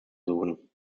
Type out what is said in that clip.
suchen